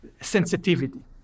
sensitivity